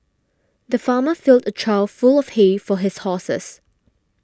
the farmer filled a trough full of hay for his horses